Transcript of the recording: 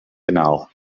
kanaal